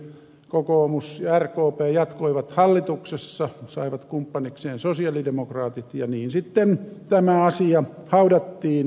kokoomus ja rkp jatkoivat hallituksessa saivat kumppanikseen sosialidemokraatit ja niin sitten tämä asia haudattiin